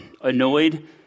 annoyed